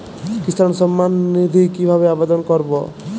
কিষান সম্মাননিধি কিভাবে আবেদন করব?